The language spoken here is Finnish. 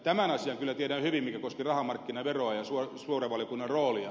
tämän asian kyllä tiedän hyvin mikä koski rahamarkkinaveroa ja suuren valiokunnan roolia